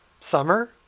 Summer